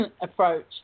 approach